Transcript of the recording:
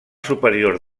superior